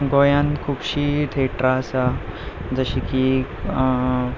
गोंयांत खुबशीं थिएटरां आसा जशीं की